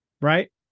Right